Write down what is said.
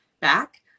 back